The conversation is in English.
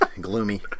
gloomy